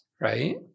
Right